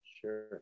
sure